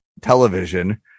television